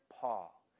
Paul